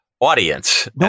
audience